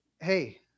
hey